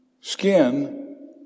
skin